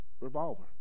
revolver